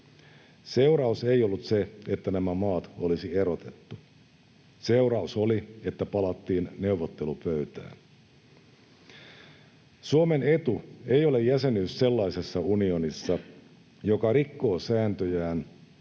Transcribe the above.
Seuraus ei ollut se, että nämä maat olisi erotettu. Seuraus oli, että palattiin neuvottelupöytään. Suomen etu ei ole jäsenyys sellaisessa unionissa, joka rikkoo sääntöjään,